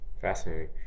Fascinating